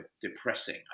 depressing